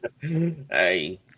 Hey